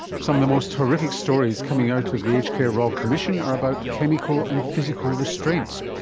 some of the most horrific stories coming out of the aged care royal commission are about chemical and physical restraints,